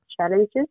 challenges